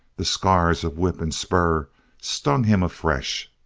the scars of whip and spur stung him afresh.